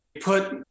put